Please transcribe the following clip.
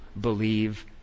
believe